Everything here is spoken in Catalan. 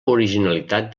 originalitat